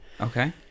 okay